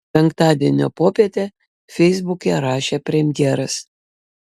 penktadienio popietę feisbuke rašė premjeras